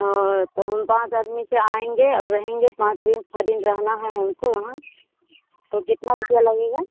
और तो हम पाँच आदमी से आएँगे और रहेंगे पाँच दिन छह दिन रहना है हमको वहाँ तो कितना रुपया लगेगा